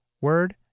Word